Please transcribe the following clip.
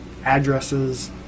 addresses